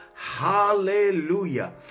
Hallelujah